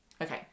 Okay